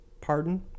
Pardon